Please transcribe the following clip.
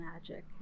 magic